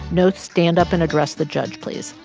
no stand up and address the judge, please.